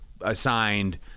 assigned